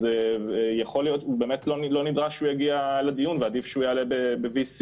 אז באמת לא נדרש שהוא יגיע לדיון ועדיף שהוא יעלה ב-VC.